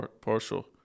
partial